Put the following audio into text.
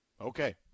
Okay